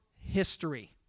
history